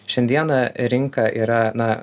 šiandieną rinka yra na